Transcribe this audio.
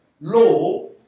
law